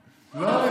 לא.